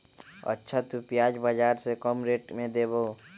अच्छा तु प्याज बाजार से कम रेट में देबअ?